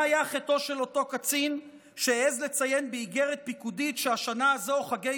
מה היה חטאו של אותו קצין שהעז לציין באיגרת פיקודית שהשנה הזו חגי